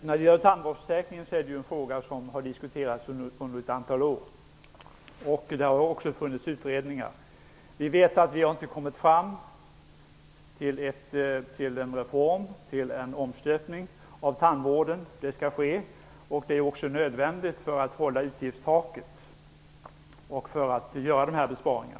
Herr talman! Tandvårdsförsäkringen har diskuterats under ett antal år, och det har också gjorts utredningar. Vi vet att vi inte har kommit fram till en reform, en omstöpning av tandvården, men en sådan skall ske. Det är också nödvändigt för att vi skall kunna hålla utgiftstaket och för att kunna göra dessa besparingar.